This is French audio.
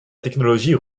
technologie